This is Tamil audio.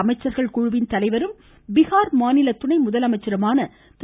அமைச்சர்கள் குழுவின் தலைவரும் பீகார் மாநில துணை முதலமைச்சருமான திரு